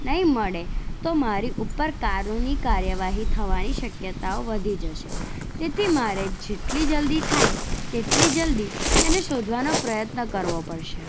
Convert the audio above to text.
નહીં મળે તો મારી ઉપર કાનુની કાર્યવાહી થવાની શક્યતા વધી જશે તેથી મારે જેટલી જલ્દી થાય તેટલી જલ્દી તેને શોધવાનો પ્રયત્ન કરવો પડશે